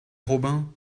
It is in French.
robin